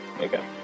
Okay